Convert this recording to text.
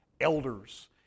elders